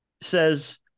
says